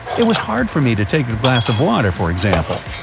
it was hard for me to take a glass of water, for example.